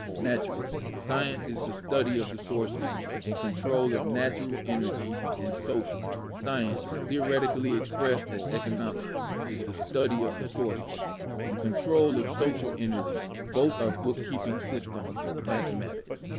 natural science is the study of the sources and control of natural energy, and social science, theoretically expressed as economics, is the study of the sources and control of social energy. both are bookkeeping systems mathematics.